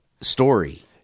story